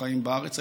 חיים בארץ,